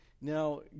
Now